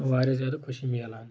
واریاہ زیادٕ خوشی مِلان